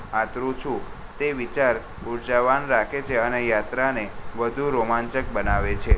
આતુર છું તે વિચાર ઊર્જાવાન રાખે છે અને યાત્રા ને વધુ રોમાંચક બનાવે છે